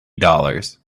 dollars